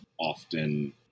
often